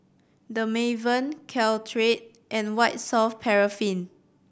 Dermaveen Caltrate and White Soft Paraffin